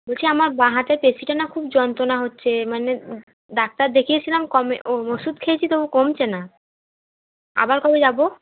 বলছি আমার বাঁ হাতের পেশিটা না খুব যন্ত্রণা হচ্ছে মানে ডাক্তার দেখিয়েছিলাম কমে ও ওষুধ খেয়েছি তবু কমছে না আবার কবে যাবো